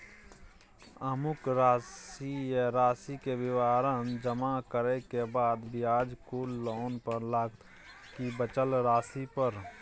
अमुक राशि आ राशि के विवरण जमा करै के बाद ब्याज कुल लोन पर लगतै की बचल राशि पर?